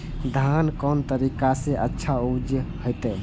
धान कोन तरीका से अच्छा उपज होते?